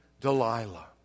Delilah